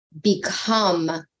become